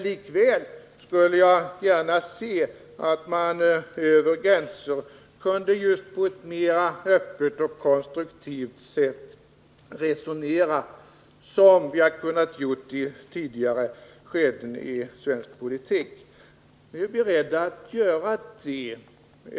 Likväl skulle jag gärna se att man över gränser kunde just på ett mera öppet och konstruktivt sätt resonera så som man har kunnat göra i tidigare skeden av svensk politik. Vi är beredda att göra det.